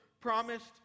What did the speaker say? promised